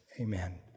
Amen